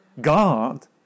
God